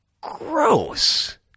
Gross